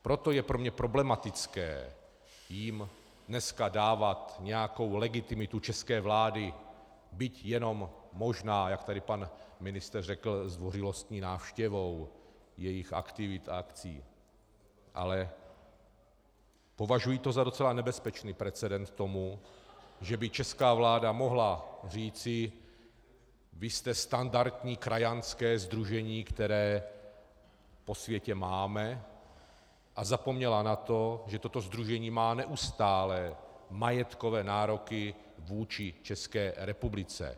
Proto je pro mě problematické jim dneska dávat nějakou legitimitu české vlády, byť jenom možná, jak tady pan ministr řekl, zdvořilostní návštěvou jejich aktivit a akcí, ale považuji to za docela nebezpečný precedent k tomu, že by česká vláda mohla říct vy jste standardní krajanské sdružení, které po světě máme, a zapomněla na to, že toto sdružení má neustále majetkové nároky vůči České republice.